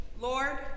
Lord